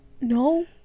No